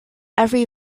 every